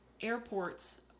airports